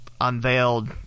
unveiled